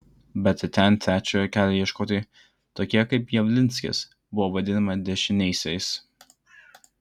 bet ir ten trečiojo kelio ieškotojai tokie kaip javlinskis buvo vadinami dešiniaisiais